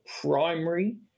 primary